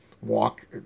walk